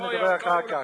נדבר אחר כך.